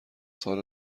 سال